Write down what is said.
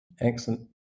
Excellent